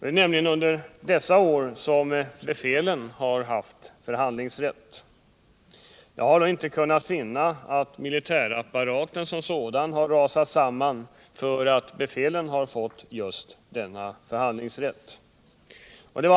Det är nämligen under dessa år som befälen haft förhandlingsrätt. Jag har dock inte kunnat finna att militärapparaten som sådan har rasat samman för detta.